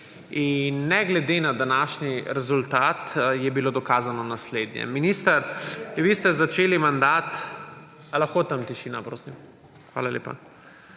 Ne glede na današnji rezultat je bilo dokazano naslednje. Minister vi ste začeli mandat ‒ ali lahko tam tišina, prosim? Hvala lepa.